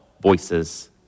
voices